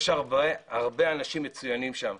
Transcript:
יש הרבה אנשים מצוינים שם.